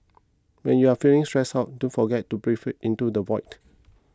when you are feeling stressed out don't forget to breathe into the void